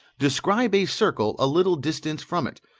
describe a circle a little distance from it,